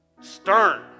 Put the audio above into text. stern